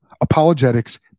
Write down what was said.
Apologetics